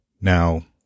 Now